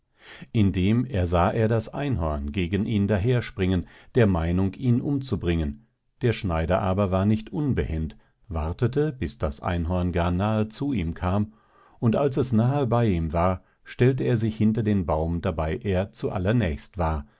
indem ersah er das einhorn gegen ihn daher springen der meinung ihn umzubringen der schneider aber war nicht unbehend wartete bis das einhorn gar nahe zu ihm kam und als es nahe bei ihm war stellte er sich hinter den baum dabei er zu allernächst war